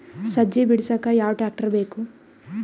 ಸಜ್ಜಿ ಬಿಡಸಕ ಯಾವ್ ಟ್ರ್ಯಾಕ್ಟರ್ ಬೇಕು?